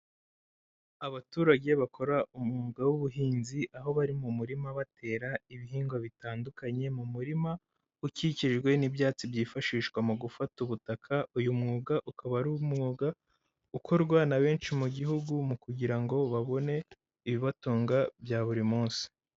Abaturage bakora umwuga w'ubuhinzi, aho bari mu murima batera ibihingwa bitandukanye mu murima ukikijwe n'ibyatsi byifashishwa mu gufata ubutaka, uyu mwuga ukaba ari umwuga ukorwa na benshi mu gihugu mu kugira ngo babone ibibatunga bya buri munsi.